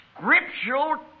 scriptural